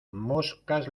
moscas